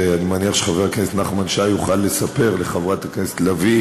ואני מניח שחבר הכנסת נחמן שי יוכל לספר לחברת הכנסת לביא